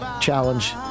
Challenge